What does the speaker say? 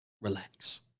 Relax